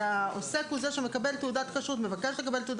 והעוסק הוא זה שמקבל תעודת כשרות,